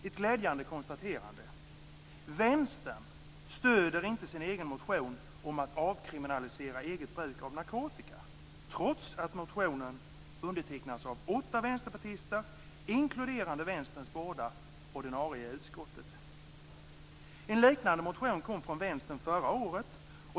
Ett glädjande konstaterande är att Vänstern inte stöder sin egen motion om att avkriminalisera eget bruk av narkotika; detta trots att motionen undertecknats av åtta vänsterpartister, inklusive En liknande motion kom från Vänstern förra året.